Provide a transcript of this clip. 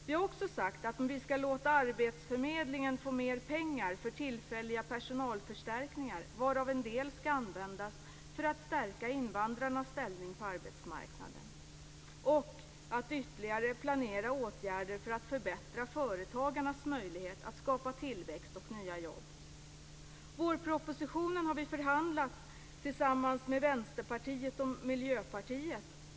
Vi har också sagt att vi skall låta arbetsförmedlingen få mer pengar för tillfälliga personalförstärkningar, varav en del skall användas för att stärka invandrarnas ställning på arbetsmarknaden och för att planera ytterligare åtgärder för att förbättra företagarnas möjligheter att skapa tillväxt och nya jobb. Vi har förhandlat fram vårpropositionen tillsammans med Vänsterpartiet och Miljöpartiet.